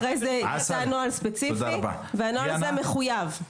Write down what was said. אחרי כן יצא נוהל ספציפי, והנוהל הזה מחויב.